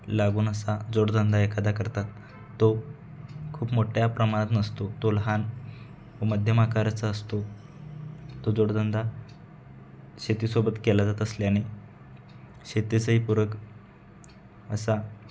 लागून असा जोडधंदा एखादा करतात तो खूप मोठ्या प्रमाणात नसतो तो लहान व मध्यम आकाराचा असतो तो जोडधंदा शेतीसोबत केला जात असल्याने शेतीचाही पूरक असा